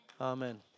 Amen